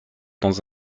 dans